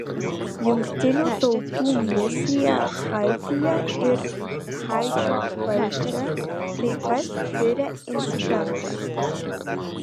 jungtinių tautų misija haityje ir haičio valdžia taip pat tiria incidentą